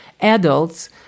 adults